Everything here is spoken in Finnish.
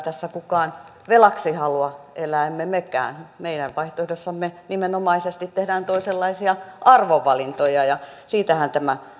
tässä kukaan velaksi halua elää emme mekään meidän vaihtoehdossamme nimenomaisesti tehdään toisenlaisia arvovalintoja siitähän tämä